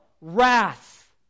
wrath